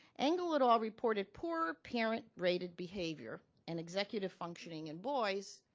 engle et al. reported poor parent-rated behavior and executive functioning in boys,